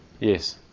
Yes